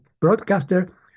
broadcaster